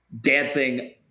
dancing